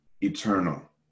eternal